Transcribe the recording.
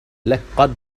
لقد